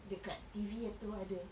dekat T_V tu ada